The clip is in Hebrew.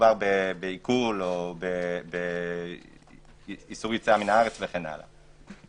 שמדובר בעיקול או באיסור יציאה מהארץ וכן הלאה,